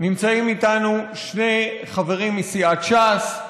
נמצאים איתנו שני חברים מסיעת ש"ס,